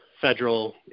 federal